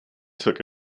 took